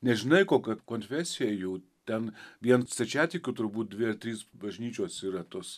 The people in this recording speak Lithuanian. nežinai kokia konfesija jų ten vien stačiatikių turbūt dvi ar trys bažnyčios yra tos